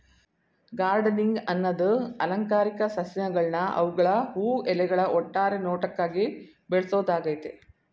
gardening ಅನ್ನದು ಅಲಂಕಾರಿಕ ಸಸ್ಯಗಳ್ನ ಅವ್ಗಳ ಹೂ ಎಲೆಗಳ ಒಟ್ಟಾರೆ ನೋಟಕ್ಕಾಗಿ ಬೆಳ್ಸೋದಾಗಯ್ತೆ